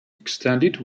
extended